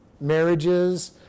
marriages